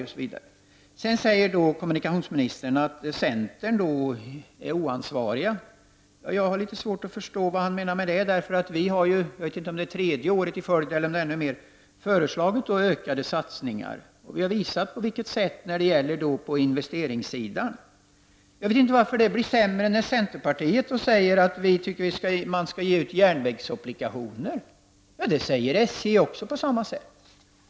Kommunikationsministern säger att vi inom centerpartiet är oansvariga. Jag har litet svårt att förstå vad han menar med det. Vi har för tredje året i följd, eller kanske ännu längre, föreslagit ökade satsningar, och vi har visat på vilket sätt investeringar bör ske. Jag vet inte varför läget blir sämre när vi i centerpartiet säger att vi anser att man skall ge ut järnvägsobligationer. SJ säger också samma sak.